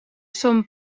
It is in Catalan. son